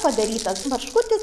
padarytas barškutis